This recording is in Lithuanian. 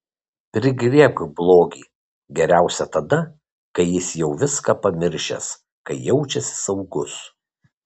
prigriebk blogį geriausia tada kai jis jau viską pamiršęs kai jaučiasi saugus